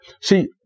See